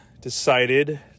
decided